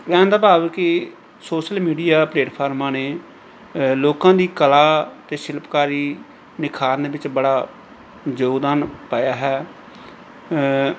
ਕਹਿਣ ਦਾ ਭਾਵ ਕਿ ਸੋਸ਼ਲ ਮੀਡੀਆ ਪਲੇਟਫਾਰਮਾਂ ਨੇ ਲੋਕਾਂ ਦੀ ਕਲਾ ਅਤੇ ਸ਼ਿਲਪਕਾਰੀ ਨਿਖਾਰਨ ਵਿੱਚ ਬੜਾ ਯੋਗਦਾਨ ਪਾਇਆ ਹੈ